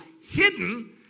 hidden